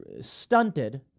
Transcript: stunted